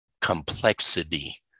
complexity